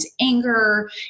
anger